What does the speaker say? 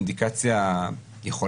היא אינדיקציה,